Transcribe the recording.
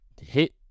hit